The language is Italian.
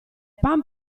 pan